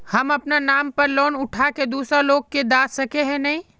हम अपना नाम पर लोन उठा के दूसरा लोग के दा सके है ने